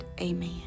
Amen